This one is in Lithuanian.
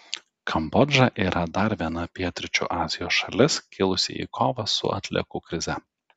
kambodža yra dar viena pietryčių azijos šalis kilusi į kovą su atliekų krize